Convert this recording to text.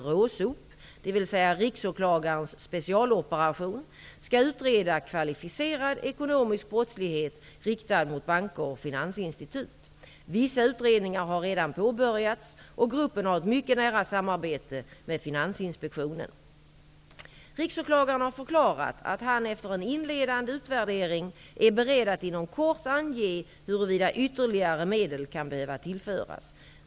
RÅ:s specialoperation -- skall utreda kvalificerad ekonomisk brottslighet riktad mot banker och finansinstitut. Vissa utredningar har redan påbörjats, och gruppen har ett mycket nära samarbete med Finansinspektionen. Riksåklagaren har förklarat att han efter en inledande utvärdering är beredd att inom kort ange huruvida ytterligare medel kan behöva tillföras.